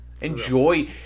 Enjoy